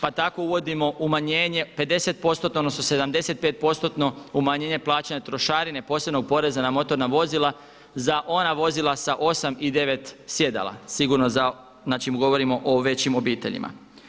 Pa tako uvodimo umanjenje 50%-tno, odnosno 75%-tno umanjenje plaća na trošarine, posebnog poreza na motorna vozila za ona vozila sa 8 i 9 sjedala, sigurno za, znači govorimo o većim obiteljima.